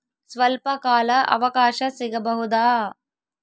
ಸ್ವಲ್ಪ ಕಾಲ ಅವಕಾಶ ಸಿಗಬಹುದಾ?